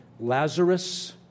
Lazarus